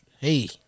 Hey